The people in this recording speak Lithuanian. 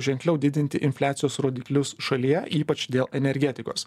ženkliau didinti infliacijos rodiklius šalyje ypač dėl energetikos